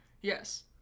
yes